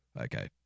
Okay